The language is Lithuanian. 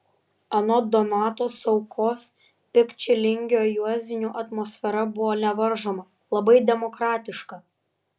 anot donato saukos pikčilingio juozinių atmosfera buvo nevaržoma labai demokratiška